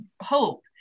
hope